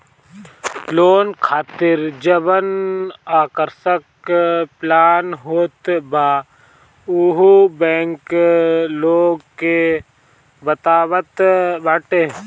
loan खातिर जवन आकर्षक प्लान होत बा उहो बैंक लोग के बतावत बाटे